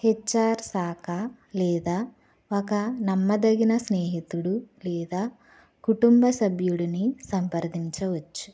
HR శాఖ లేదా ఒక నమ్మదగిన స్నేహితుడు లేదా కుటుంబ సభ్యుడిని సంప్రదించవచ్చు